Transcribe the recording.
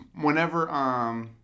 Whenever